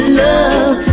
love